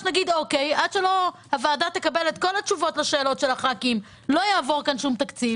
עד שהוועדה לא תקבל את כל התשובות של הח"כים לא יעבור פה שום תקציב.